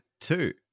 two